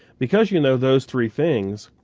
because you know those three things,